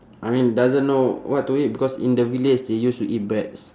I mean doesn't know what to eat because in the village they used to eat breads